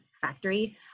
factory